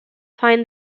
find